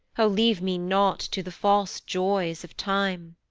o leave me not to the false joys of time!